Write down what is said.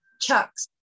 chucks